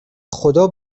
خدا